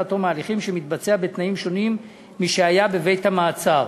עד תום ההליכים שמתבצע בתנאים שונים משהייה בבית-מעצר.